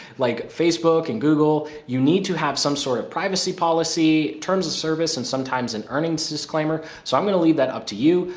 like facebook and google, you need to have some sort of privacy policy, terms of service and sometimes an earnings disclaimer, so i'm going to leave that up to you.